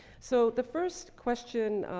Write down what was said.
so the first question, ah,